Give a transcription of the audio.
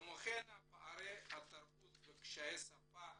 כמו כן פערי התרבות וקשיי השפה